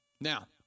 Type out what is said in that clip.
Now